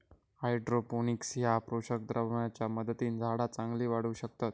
hydroponics ह्या पोषक द्रावणाच्या मदतीन झाडा चांगली वाढू शकतत